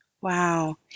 Wow